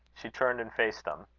she turned and faced them.